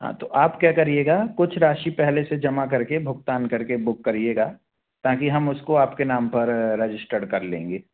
हाँ तो आप क्या करिएगा कुछ राशि पहले से जमा करके भुगतान करके बुक करिएगा ताकि हम उसको आपके नाम पर रजिस्टर्ड कर लेंगे